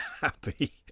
happy